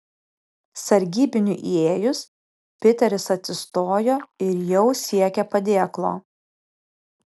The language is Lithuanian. sargybiniui įėjus piteris atsistojo ir jau siekė padėklo